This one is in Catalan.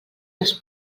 les